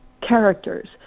characters